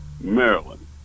maryland